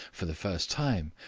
for the first time,